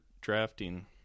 drafting